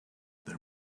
there